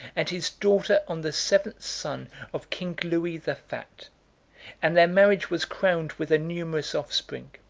and his daughter on the seventh son of king louis the fat and their marriage was crowned with a numerous offspring.